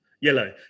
Yellow